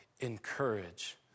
encourage